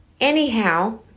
Anyhow